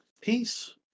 Peace